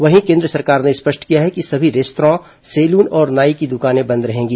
वहीं केन्द्र सरकार ने स्पष्ट किया है कि सभी रेस्त्रां सेलून और नाई की दुकानें बंद रहेंगी